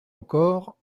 encore